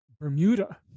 Bermuda